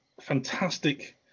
fantastic